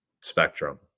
spectrum